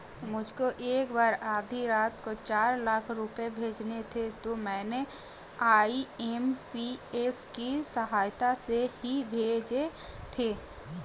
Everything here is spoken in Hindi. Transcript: मुझको एक बार आधी रात को चार लाख रुपए भेजने थे तो मैंने आई.एम.पी.एस की सहायता से ही भेजे थे